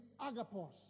agapos